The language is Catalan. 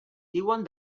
diuen